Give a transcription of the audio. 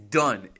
done